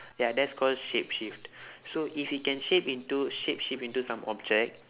ya that's called shapeshift so if you can shape into shapeshift into some object